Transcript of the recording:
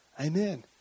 Amen